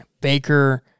Baker